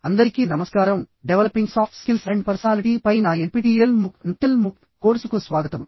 అందరికీ నమస్కారం developing soft skills and personality పై నా ఎన్పిటిఇఎల్ మూక్ కోర్సుకు స్వాగతం